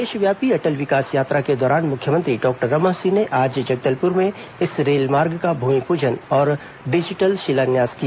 प्रदेशव्यापी अटल विंकास यात्रा के दौरान मुख्यमंत्री डॉक्टर रमन सिंह ने आज जगदलपुर में इस रेलमार्ग का भूमिपुजन और डिजिटल शिलान्यास किया